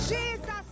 Jesus